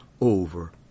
over